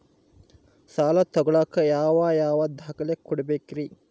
ಸಾಲ ತೊಗೋಳಾಕ್ ಯಾವ ಯಾವ ದಾಖಲೆ ಕೊಡಬೇಕ್ರಿ?